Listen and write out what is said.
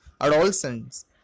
adolescence